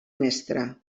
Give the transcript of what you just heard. mestra